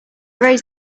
raise